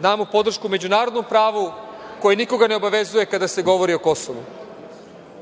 damo podršku međunarodnom pravu koje nikoga ne obavezuje kada se govori o Kosovu.